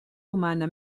humana